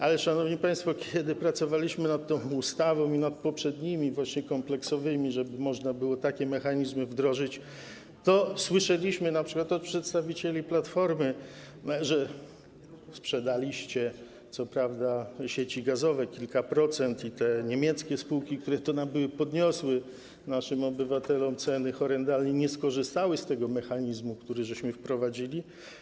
Ale, szanowni państwo, kiedy pracowaliśmy nad tą ustawą i nad poprzednimi kompleksowymi, żeby można było takie mechanizmy wdrożyć, to słyszeliśmy np. od przedstawicieli Platformy, że sprzedaliście sieci gazowe, kilka procent, i te niemieckie spółki, które to nabyły, podniosły naszym obywatelom ceny horrendalnie, nie skorzystały z tego mechanizmu, który wprowadziliśmy.